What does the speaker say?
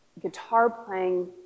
guitar-playing